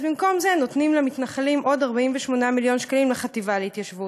אז במקום זה נותנים למתנחלים עוד 48 מיליון שקלים לחטיבה להתיישבות,